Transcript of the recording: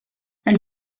elle